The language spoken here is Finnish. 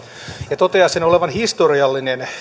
ja toteaa sen olevan historiallinen